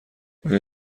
آیا